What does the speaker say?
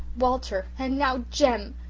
walter and now jem.